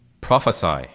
prophesy